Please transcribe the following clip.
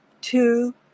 Two